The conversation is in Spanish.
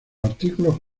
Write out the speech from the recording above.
artículos